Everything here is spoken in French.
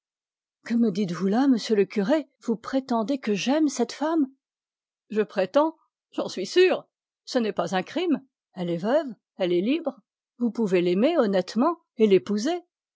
que me dites-vous là monsieur le curé vous prétendez que j'aime cette femme je prétends j'en suis sûr ce n'est pas un crime elle est veuve elle est libre vous pouvez l'aimer honnêtement et l'épouser